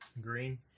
green